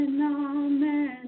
Amen